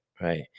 right